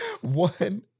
One